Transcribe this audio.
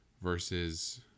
versus